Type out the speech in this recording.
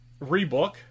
rebook